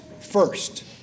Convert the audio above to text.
first